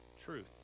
Truth